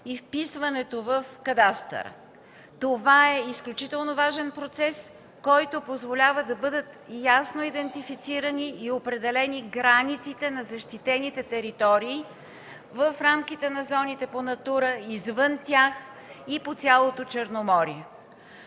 и вписването в кадастъра. Това е изключително важен процес, който позволява да бъдат ясно идентифицирани и определени границите на защитените територии в рамките на зоните по „Натура”, извън тях и по цялото Черноморие.